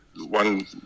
one